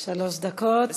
שלוש דקות, בבקשה.